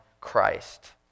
Christ